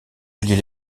alliés